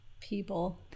People